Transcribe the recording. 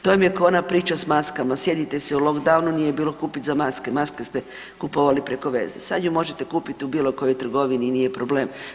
To vam je ko ona priča s maskama sjetite se u lockdownu nije bilo kupit za maske, maske ste kupovali preko veze, sad ju možete kupiti u bilo kojoj trgovini i nije problem.